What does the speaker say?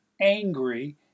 angry